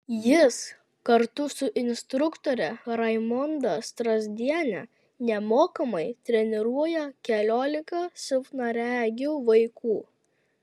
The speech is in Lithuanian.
jis kartu su instruktore raimonda strazdiene nemokamai treniruoja keliolika silpnaregių vaikų